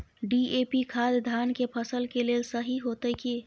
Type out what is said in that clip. DAP खाद धान के फसल के लेल सही होतय की?